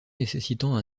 nécessitant